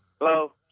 Hello